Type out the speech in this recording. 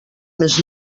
més